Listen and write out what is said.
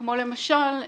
כמו למשל,